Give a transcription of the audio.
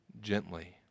gently